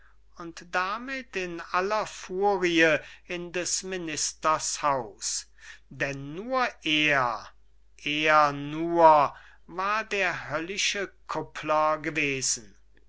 und damit in aller hast in des ministers haus denn nur er er nur war der höllische kuppler gewesen